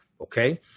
okay